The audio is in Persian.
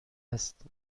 هست